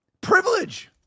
privilege